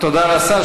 תודה לשר.